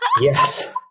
Yes